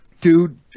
Dude